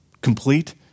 complete